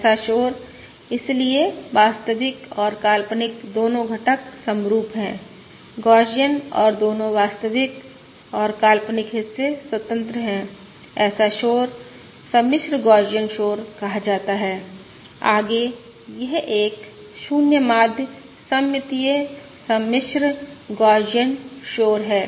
ऐसा शोर इसलिए वास्तविक और काल्पनिक दोनों घटक समरुप हैं गौसियन और दोनों वास्तविक और काल्पनिक हिस्से स्वतंत्र हैं ऐसा शोर सम्मिश्र गौसियन शोर कहा जाता है आगे यह एक 0 माध्य सममितीय सम्मिश्र गौसियन शोर है